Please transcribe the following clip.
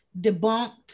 debunked